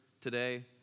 today